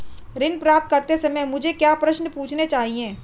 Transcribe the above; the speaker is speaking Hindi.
ऋण प्राप्त करते समय मुझे क्या प्रश्न पूछने चाहिए?